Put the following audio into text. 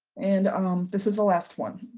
and this is the last one,